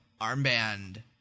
armband